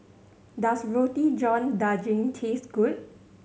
does Roti John Daging taste good